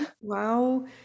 Wow